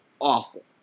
Awful